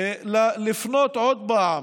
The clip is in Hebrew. לפנות עוד פעם